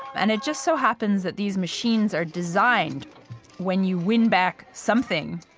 and it just so happens that these machines are designed when you win back something,